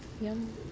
Yum